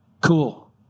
cool